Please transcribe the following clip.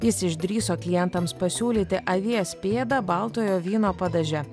jis išdrįso klientams pasiūlyti avies pėdą baltojo vyno padaže